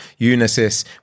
Unisys